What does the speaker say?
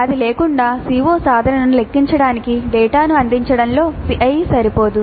అది లేకుండా CO సాధనను లెక్కించడానికి డేటాను అందించడంలో CIE సరిపోదు